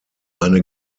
eine